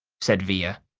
said via.